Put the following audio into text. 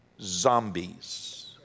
zombies